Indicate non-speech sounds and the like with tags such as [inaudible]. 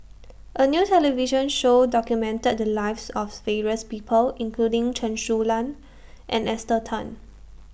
A New television Show documented The Lives of [hesitation] various People including Chen Su Lan and Esther Tan